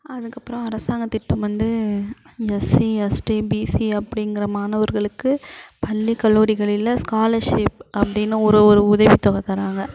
அதுக்கப்புறம் அரசாங்கத் திட்டம் வந்து எஸ்சி எஸ்டி பிசி அப்படிங்கற மாணவர்களுக்குப் பள்ளி கல்லூரிகளில் ஸ்காலர்ஷிப் அப்படின்னு ஒரு ஒரு உதவித்தொகை தர்றாங்க